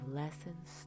lessons